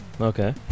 Okay